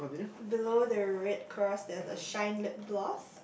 below the red cross there's a shine lip gloss